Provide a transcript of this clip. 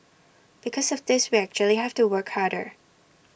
because of this we actually have to work harder